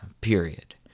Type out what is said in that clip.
period